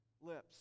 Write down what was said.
lips